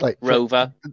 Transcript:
Rover